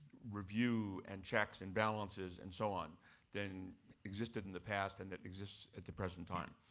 review and checks and balances and so on than existed in the past and that exists at the present time.